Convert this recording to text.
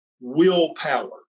willpower